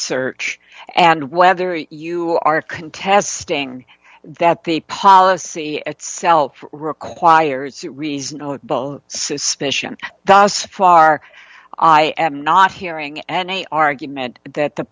search and whether you are contesting that the policy itself requires reasonable suspicion thus far i am not hearing any argument that the